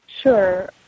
Sure